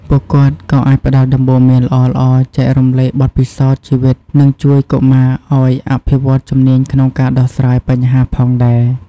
ពួកគាត់ក៏អាចផ្តល់ដំបូន្មានល្អៗ ចែករំលែកបទពិសោធន៍ជីវិត និងជួយកុមារឱ្យអភិវឌ្ឍជំនាញក្នុងការដោះស្រាយបញ្ហាផងដែរ។